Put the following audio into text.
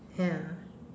ya